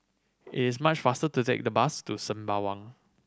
it is much faster to take the bus to Sembawang